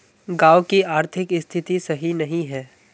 गाँव की आर्थिक स्थिति सही नहीं है?